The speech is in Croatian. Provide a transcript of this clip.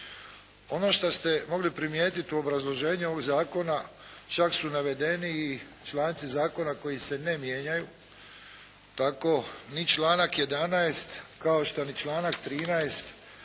Ono što ste mogli primijetiti u obrazloženju ovoga Zakona čak su navedeni i članci Zakona koji se ne mijenjaju tako ni članak 11. kao što ni članak 13.